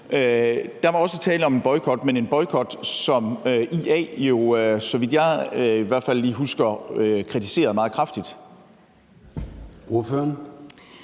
Der var også tale om en boykot, men en boykot, som IA jo, så vidt jeg i hvert fald lige husker, kritiserede meget kraftigt. Kl.